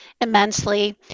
immensely